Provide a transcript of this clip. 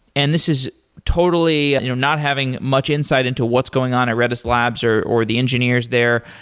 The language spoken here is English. and this is totally you know not having much insight into what's going on at redis labs or or the engineers there,